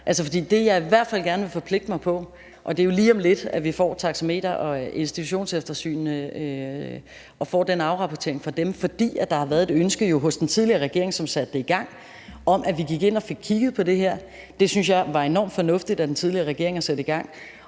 Det er jo lige om lidt, at vi får taxameter- og institutionseftersynene og får den afrapportering fra dem, fordi der jo har været et ønske hos den tidligere regering, som satte det i gang, om, at vi gik ind og fik kigget på det her. Det synes jeg var enormt fornuftigt af den tidligere regering at sætte i gang,